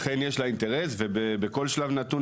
לכן יש לה אינטרס ובכל שלב נתון,